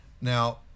Now